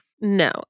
No